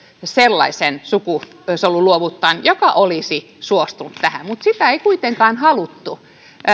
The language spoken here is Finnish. sellaisen sukusoluluovuttajan joka olisi suostunut tähän mutta sitä ei kuitenkaan haluttu